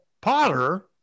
Potter